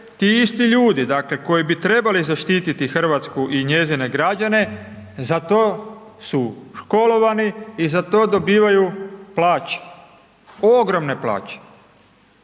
ti isti ljudi, dakle, koji bi trebali zaštiti RH i njezine građane, za to su školovani i za to dobivaju plaće, ogromne plaće